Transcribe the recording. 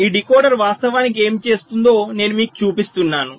ఈ డీకోడర్ వాస్తవానికి ఏమి చేస్తుందో నేను మీకు చూపిస్తున్నాను